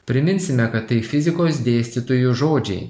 priminsime kad tai fizikos dėstytojo žodžiai